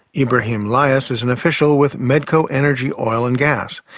ibrahim layas is an official with medcoenergi oil and gas.